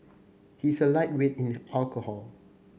he is a lightweight in the alcohol